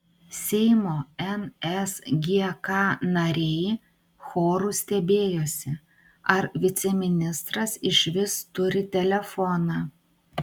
seimo nsgk nariai choru stebėjosi ar viceministras išvis turi telefoną